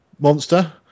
monster